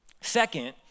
Second